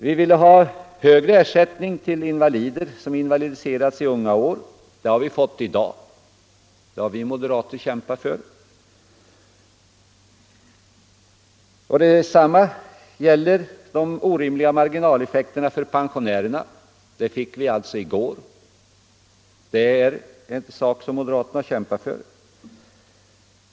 Vi vill ha högre ersättning till invalider som invalidiserats i unga år, och det har vi fått i dag. Vi har kämpat mot de orimliga marginaleffekterna för pensionärer och dessa effekter avskaffades i går.